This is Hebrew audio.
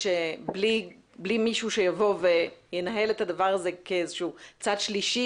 שבלי מישהו שיבוא וינהל את הדבר הזה כאיזשהו צד שלישי